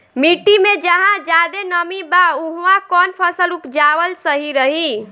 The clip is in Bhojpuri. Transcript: मिट्टी मे जहा जादे नमी बा उहवा कौन फसल उपजावल सही रही?